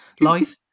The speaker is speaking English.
life